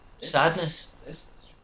sadness